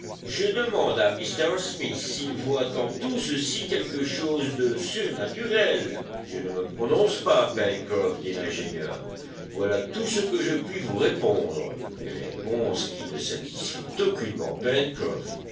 je demande à m smith s'il voit en tout ceci quelque chose de surnaturel je ne me prononce pas pencroff dit l'ingénieur voilà tout ce que je puis vous répondre réponse qui ne satisfit aucunement